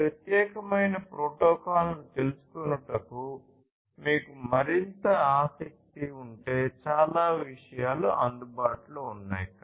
ఈ ప్రత్యేకమైన ప్రోటోకాల్ను తెలుసుకొనుటకు మీకు మరింత ఆసక్తి ఉంటే చాలా విషయాలు అందుబాటులో ఉన్నాయి